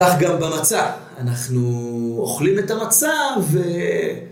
אך גם במצה, אנחנו אוכלים את המצה ו...